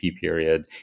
period